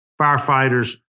firefighters